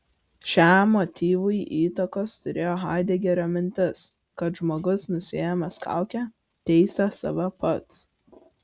šiam motyvui įtakos turėjo haidegerio mintis kad žmogus nusiėmęs kaukę teisia save pats